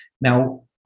Now